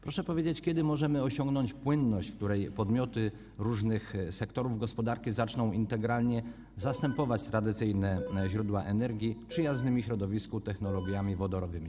Proszę powiedzieć, kiedy możemy osiągnąć płynność, w której podmioty różnych sektorów gospodarki zaczną integralnie zastępować tradycyjne źródła energii przyjaznymi środowisku technologiami wodorowymi.